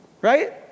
Right